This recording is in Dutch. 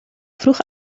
vroeg